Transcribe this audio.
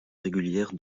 régulière